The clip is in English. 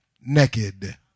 naked